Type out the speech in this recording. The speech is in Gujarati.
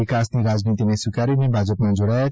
વિકાસની રાજનીતિને સ્વીકારીને ભાજપમાં જોડાયા છે